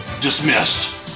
dismissed